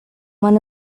one